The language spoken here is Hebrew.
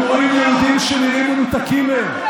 הם רואים יהודים שנראים מנותקים מהם.